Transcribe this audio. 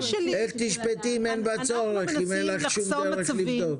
איך תשפטי אם "אין בה צורך" אם אין לך שום דרך לבדוק?